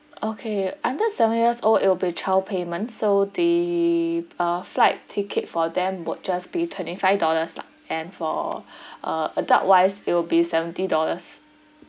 okay under seven years old it will be child payment so the uh flight ticket for them would just be twenty five dollars lah and for uh adult wise it will be seventy dollars